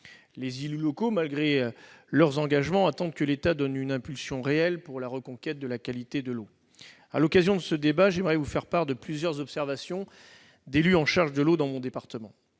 Les élus locaux, malgré leur engagement, attendent que l'État donne une impulsion réelle pour la reconquête de la qualité des eaux. J'aimerais vous faire part de plusieurs observations d'élus chargés de l'eau dans mon département.